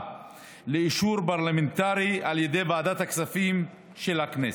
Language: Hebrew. לאישור פרלמנטרי על ידי ועדת הכספים של הכנסת.